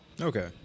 Okay